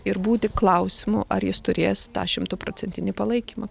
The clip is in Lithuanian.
ir būti klausimų ar jis turės tą šimtaprocentinį palaikymą